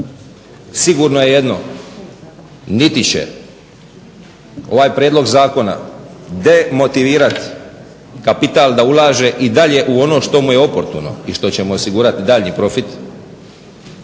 Sigurno je jedno, niti će ovaj prijedlog zakona demotivirati kapital da ulaže i dalje u ono što mu je oportuno i što će mu osigurati daljnji profit,